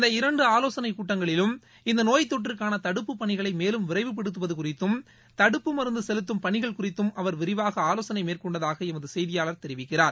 இந்த இரண்டு ஆலோசனை கூட்டங்களிலும் இந்த நோய்த்தொற்றுக்கான தடுப்பு பணிகளை மேலும் விரைவுபடுத்துவது குறித்தும் தடுப்பு மருந்து செலுத்தும் பணிகள் குறித்து அவர் விரிவாக ஆவோசனை மேற்கொண்டதாக எமது செய்தியாளர் தெரிவிக்கிறார்